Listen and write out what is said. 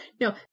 no